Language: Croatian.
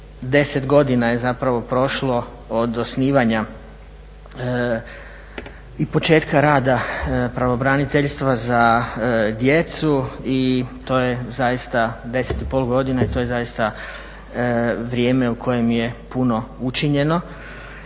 10 godina je zapravo prošlo od osnivanja i početka rada pravobraniteljstva za djecu i to je zaista, 10,5 godina i to je zaista vrijeme u kojem je puno učinjeno.